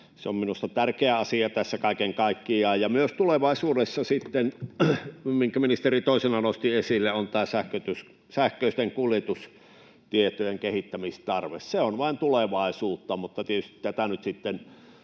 Se on minusta tärkeä asia tässä kaiken kaikkiaan ja myös tulevaisuudessa sitten se, minkä ministeri toisena nosti esille, eli tämä sähköisten kuljetustietojen kehittämistarve. Se on vain tulevaisuutta, mutta tietysti tämä on